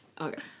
Okay